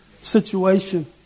situation